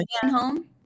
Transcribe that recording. home